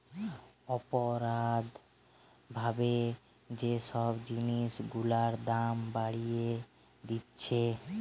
অপরাধ ভাবে যে সব জিনিস গুলার দাম বাড়িয়ে দিতেছে